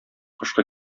кышкы